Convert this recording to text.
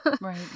Right